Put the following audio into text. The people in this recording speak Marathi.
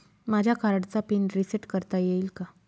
माझ्या कार्डचा पिन रिसेट करता येईल का?